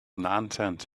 nonsense